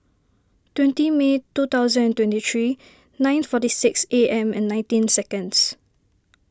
twenty May two thousand and twenty three nine forty six A M and nineteen seconds